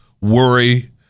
worry